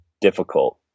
difficult